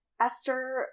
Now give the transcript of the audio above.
esther